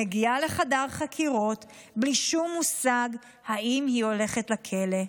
מגיעה לחדר חקירות בלי שום מושג: האם היא הולכת לכלא?